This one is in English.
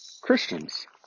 Christians